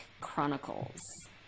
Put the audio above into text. Chronicles